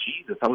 Jesus